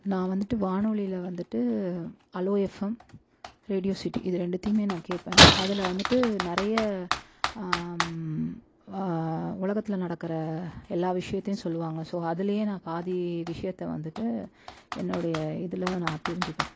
நான் வந்துட்டு வானொலியில் வந்துட்டு ஹலோ எப்ஃஎம் ரேடியோ சிட்டி இது ரெண்டுத்தையுமே நான் கேட்பேன் அதில் வந்துட்டு நெறைய உலகத்தில் நடக்கின்ற எல்லா விஷியத்தையும் சொல்லுவாங்க ஸோ அதுலேயே நான் பாதி விஷியத்தை வந்துட்டு என்னுடைய இதில் நான் தெரிஞ்சிப்பேன்